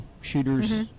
shooters